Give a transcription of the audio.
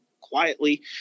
quietly